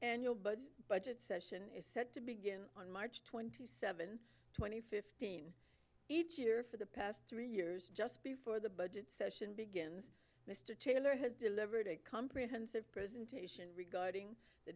annual budget session is set to begin on march twenty seventh twenty fifteen each year for the past three years just before the budget session begins mr taylor has delivered a comprehensive presentation regarding the